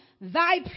thy